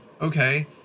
okay